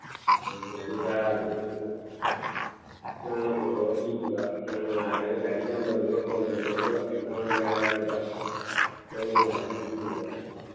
ꯎꯝ ꯒꯥꯔꯤ ꯚꯔꯥꯗꯨ ꯑꯗꯨꯝ ꯅꯪꯅ ꯄꯨꯊꯣꯛꯑ ꯄꯤꯒꯤꯕ ꯅꯪꯅ ꯉꯥꯏꯔꯒ ꯒꯥꯔꯤ ꯅꯝꯕꯔꯗꯨꯒ ꯐꯣꯟ ꯅꯝꯕꯔꯗꯨꯒ ꯅꯪꯉꯣꯟꯗ ꯍꯥꯏꯔꯛꯑꯒ ꯅꯪꯅ ꯉꯥꯏꯔ ꯄꯤꯒꯤꯕ